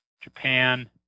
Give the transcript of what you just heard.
Japan